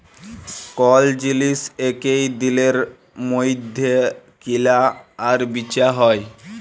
call জিলিস একই দিলের মইধ্যে কিলা আর বিচা হ্যয়